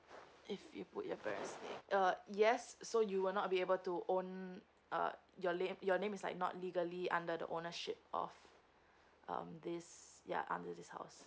if you put your uh yes so you will not be able to own uh you're nam~ your name is like not legally under the ownership of um this ya under this house